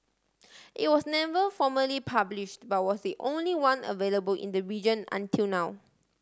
it was never formally published but was the only one available in the region until now